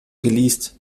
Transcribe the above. geleast